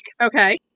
Okay